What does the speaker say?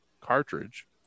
cartridge